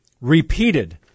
Repeated